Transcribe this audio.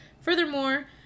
Furthermore